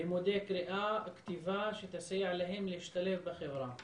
לימודי קריאה וכתיבה שיסייעו להם להשתלב בחברה.